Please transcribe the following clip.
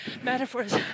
metaphors